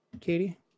Katie